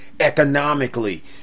Economically